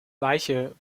leiche